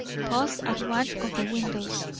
paused at one of the windows.